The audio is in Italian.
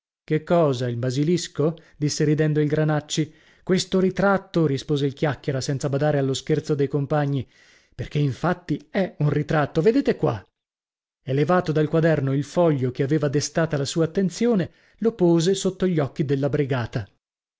che cosa il basilisco disse ridendo il granacci questo ritratto rispose il chiacchiera senza badare allo scherzo dei compagni perchè infatti è un ritratto vedete qua e levato dal quaderno il foglio che aveva destata la sua attenzione lo pose sotto gli occhi della brigata